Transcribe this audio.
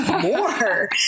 more